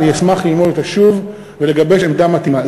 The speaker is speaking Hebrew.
אני אשמח ללמוד אותה שוב ולגבש עמדה מתאימה.